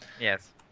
Yes